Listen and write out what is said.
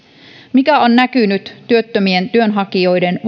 mikä on näkynyt työttömien työnhakijoiden